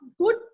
good